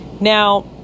Now